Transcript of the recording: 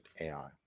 AI